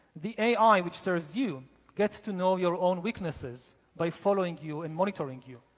the ai which serves you gets to know your own weaknesses by following you and monitoring you.